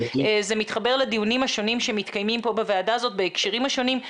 זה מתחבר לדיונים השונים שמתקיימים פה בוועדה הזאת בהקשרים השונים.